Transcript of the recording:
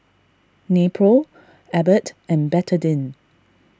Nepro Abbott and Betadine